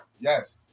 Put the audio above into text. Yes